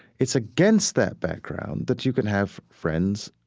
it's against that background that you can have friends.